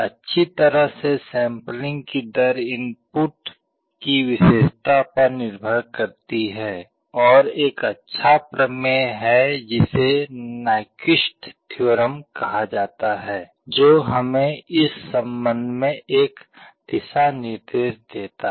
अच्छी तरह से सैंपलिंग की दर इनपुट सिग्नल की विशेषता पर निर्भर करती है और एक अच्छा प्रमेय है जिसे नाइक्विस्ट थ्योरम कहा जाता है जो हमें इस संबंध में एक दिशानिर्देश देता है